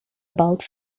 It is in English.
about